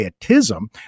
pietism